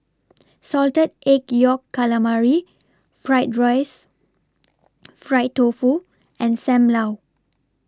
Salted Egg Yolk Calamari Fried Rice Fried Tofu and SAM Lau